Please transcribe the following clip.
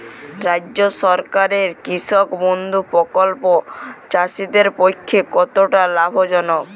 রাজ্য সরকারের কৃষক বন্ধু প্রকল্প চাষীদের পক্ষে কতটা লাভজনক?